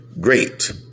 great